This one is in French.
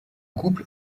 couple